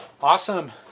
awesome